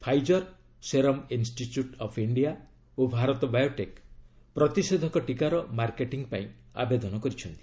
Pfizer Serum Institute of India ଓ Bharat Biotech ପ୍ରତିଷେଧକ ଟୀକାର ମାର୍କେଟି ପାଇଁ ଆବେଦନ କରିଛନ୍ତି